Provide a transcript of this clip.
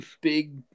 big